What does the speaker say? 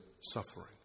suffering